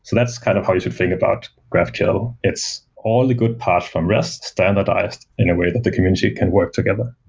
so that's kind of how you should think about graphql. it's all the good part from rest, standardized in a way that the community can work together.